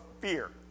fear